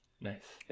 Nice